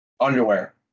Underwear